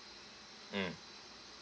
mm